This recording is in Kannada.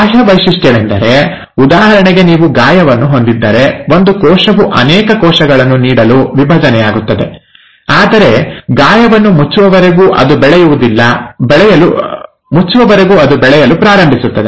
ಬಾಹ್ಯ ವೈಶಿಷ್ಟ್ಯವೆಂದರೆ ಉದಾಹರಣೆಗೆ ನೀವು ಗಾಯವನ್ನು ಹೊಂದಿದ್ದರೆ ಒಂದು ಕೋಶವು ಅನೇಕ ಕೋಶಗಳನ್ನು ನೀಡಲು ವಿಭಜನೆಯಾಗುತ್ತದೆ ಆದರೆ ಗಾಯವನ್ನು ಮುಚ್ಚುವವರೆಗೂ ಅದು ಬೆಳೆಯಲು ಪ್ರಾರಂಭಿಸುತ್ತದೆ